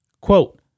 quote